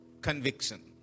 conviction